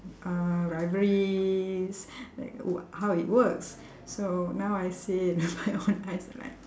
uh rivalries like what how it works so now I see it with my own eyes like